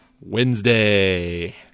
Wednesday